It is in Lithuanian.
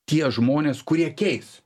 tie žmonės kurie keis